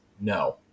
no